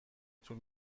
طول